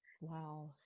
wow